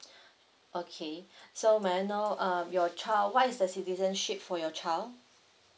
okay so may I know um your child what is the citizenship for your child